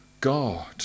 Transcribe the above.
God